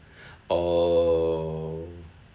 oh